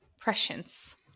prescience